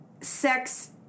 sex